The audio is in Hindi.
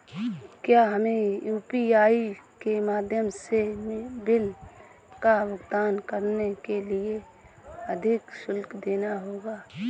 क्या हमें यू.पी.आई के माध्यम से बिल का भुगतान करने के लिए अधिक शुल्क देना होगा?